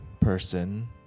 person